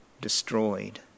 destroyed